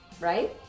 right